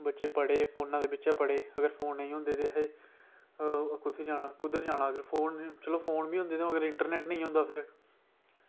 पढ़े बच्चे फोनै ई पढ़े फोन नेईं होंदे ते केह् आक्खदे कुद्धर जाना चलो अगर फोन निं होंदे ते इंटरनेट निं होंदा फिर